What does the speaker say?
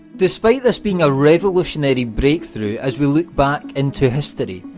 despite this being a revolutionary breakthrough as we look back into history,